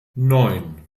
neun